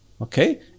okay